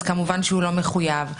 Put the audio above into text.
כמובן שהוא לא מחויב.